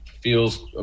feels